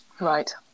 Right